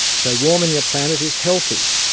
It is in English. so warming the planet is healthy.